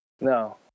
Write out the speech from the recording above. no